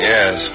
Yes